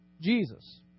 Jesus